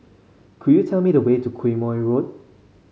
could you tell me the way to Quemoy Road